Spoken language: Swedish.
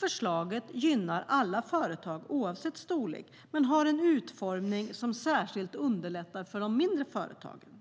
Förslaget gynnar alla företag, oavsett storlek, men har en utformning som särskilt underlättar för de mindre företagen.